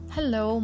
Hello